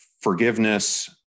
forgiveness